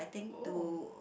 oh